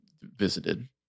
visited